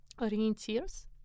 orientiers